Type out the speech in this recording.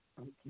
Okay